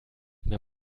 mir